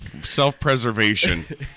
self-preservation